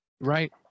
right